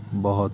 ਬਹੁਤ